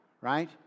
right